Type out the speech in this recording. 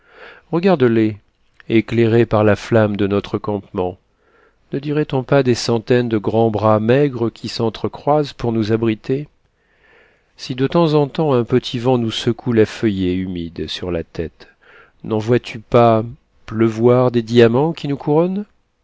regarde les éclairées par la flamme de notre campement ne dirait-on pas des centaines de grands bras maigres qui sentre croisent pour nous abriter si de temps en temps un petit vent nous secoue la feuillée humide sur la tête n'en vois-tu pas pleuvoir des diamants qui nous couronnent